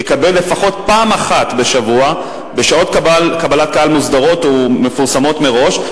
יקבל לפחות פעם אחת בשבוע בשעות קבלת קהל מוסדרות ומפורסמות מראש,